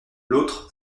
l’autre